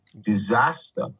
disaster